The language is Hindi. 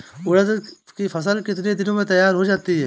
उड़द की फसल कितनी दिनों में तैयार हो जाती है?